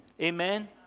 amen